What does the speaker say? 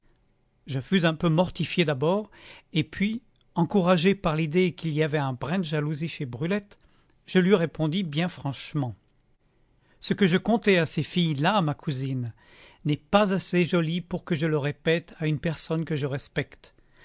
je fus un peu mortifié d'abord et puis encouragé par l'idée qu'il y avait un brin de jalousie chez brulette je lui répondis bien franchement ce que je contais à ces filles là ma cousine n'est pas assez joli pour que je le répète à une personne que je respecte